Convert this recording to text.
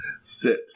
sit